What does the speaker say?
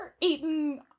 eaten